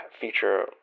feature